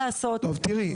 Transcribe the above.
כעובדה,